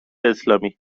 اسلامی